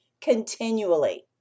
continually